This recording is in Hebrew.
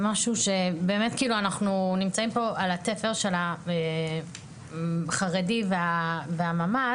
משהו שבאמת אנחנו נמצאים פה על התפר של החרדי והממ"ד,